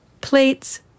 Plates